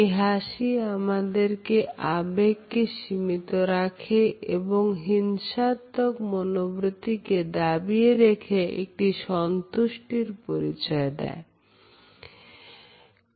এই হাসি আমাদের আবেগকে সীমিত রাখে এবং হিংসাত্মক মনোবৃত্তি কে দাবিয়ে রেখে একটি সন্তুষ্টির প্রকাশ করে